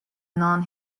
non